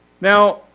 Now